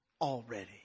already